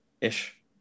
ish